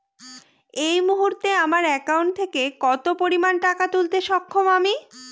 এই মুহূর্তে আমার একাউন্ট থেকে কত পরিমান টাকা তুলতে সক্ষম আমি?